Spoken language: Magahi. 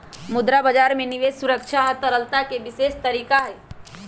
मुद्रा बजार में निवेश सुरक्षा आ तरलता के विशेष तरीका हई